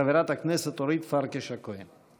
חברת הכנסת אורית פרקש הכהן.